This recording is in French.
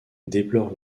déplorent